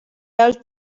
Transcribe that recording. alt